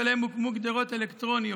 אשר להם הוקמו גדרות אלקטרוניות.